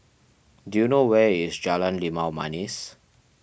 do you know where is Jalan Limau Manis